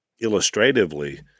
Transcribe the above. illustratively